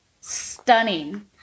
stunning